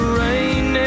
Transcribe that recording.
rain